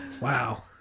Wow